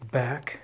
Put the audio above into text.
back